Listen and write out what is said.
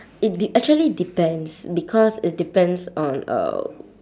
it dep~ actually depends because it depends on uh